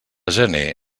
gener